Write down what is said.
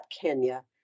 kenya